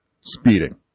Speeding